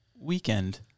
weekend